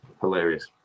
hilarious